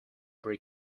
pre